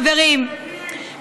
חברים,